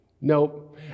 nope